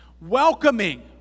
Welcoming